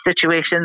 situations